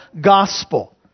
gospel